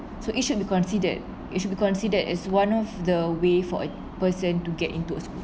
so it should be considered it should be considered as one of the way for a person to get into a school